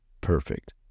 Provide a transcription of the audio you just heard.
perfect